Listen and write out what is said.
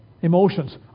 emotions